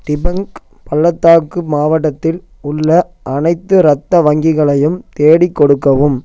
டிபங் பள்ளத்தாக்கு மாவட்டத்தில் உள்ள அனைத்து ரத்த வங்கிகளையும் தேடிக் கொடுக்கவும்